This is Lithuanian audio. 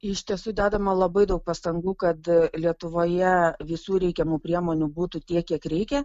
iš tiesų dedama labai daug pastangų kad lietuvoje visų reikiamų priemonių būtų tiek kiek reikia